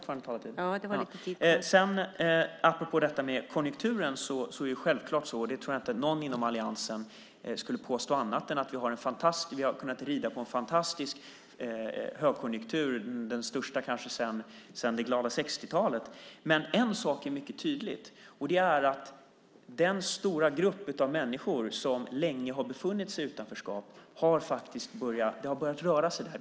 Apropå konjunkturen är det självklart så, och jag tror inte att någon inom alliansen skulle påstå något annat, att vi har kunnat rida på en fantastisk högkonjunktur, kanske den största sedan det glada 60-talet. Men en sak är mycket tydlig, och det är att det faktiskt har börjat röra på sig för den stora grupp av människor som länge har befunnit sig i utanförskap.